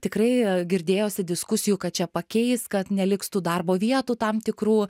tikrai girdėjosi diskusijų kad čia pakeis kad neliks tų darbo vietų tam tikrų